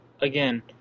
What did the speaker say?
again